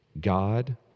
God